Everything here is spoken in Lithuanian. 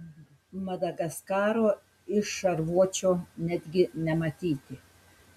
madagaskaro iš šarvuočio netgi nematyti